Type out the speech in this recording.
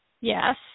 Yes